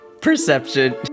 Perception